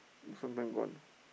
sometime gone